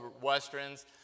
westerns